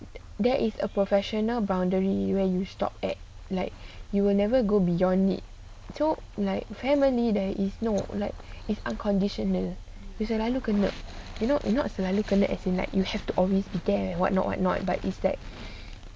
there is a professional boundary where you stop at like you will never go beyond it so like family there is no like is unconditional you selalu kena not not selalu kena actually you have to always be there [what] not what not